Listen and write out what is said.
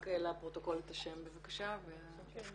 רק לפרוטוקול את השם המלא והתפקיד.